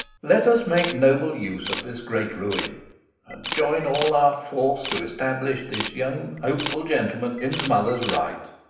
let us make noble use of this great ruin and join all our force to establish this young hopeful gentleman in s mother's right.